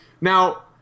Now